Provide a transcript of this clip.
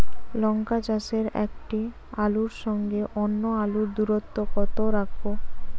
লঙ্কা চাষে একটি আলুর সঙ্গে অন্য আলুর দূরত্ব কত রাখবো?